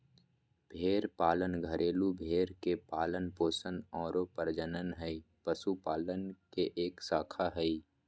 भेड़ पालन घरेलू भेड़ के पालन पोषण आरो प्रजनन हई, पशुपालन के एक शाखा हई